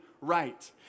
right